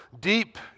deep